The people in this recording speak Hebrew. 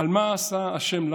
על מה עשה השם?